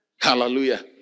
hallelujah